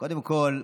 קודם כול,